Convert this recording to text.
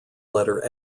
letter